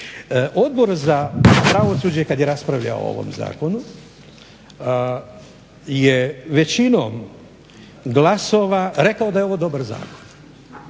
Odbor za pravosuđe kad je raspravljao o ovom zakonu je većinom glasova rekao da je ovo dobar zakon.